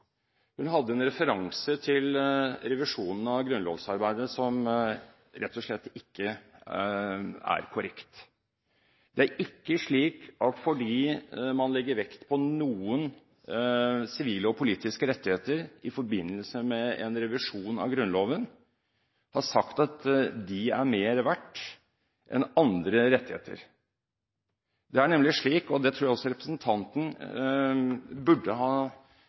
Hun hadde en referanse til revisjonen av grunnlovsarbeidet som rett og slett ikke er korrekt. Det er ikke slik at man, fordi man legger vekt på noen sivile og politiske rettigheter i forbindelse med en revisjon av Grunnloven, har sagt at de er mer verdt enn andre rettigheter. Det er nemlig slik, noe jeg også mener representanten burde ha